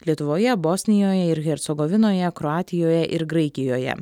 lietuvoje bosnijoje ir hercogovinoje kroatijoje ir graikijoje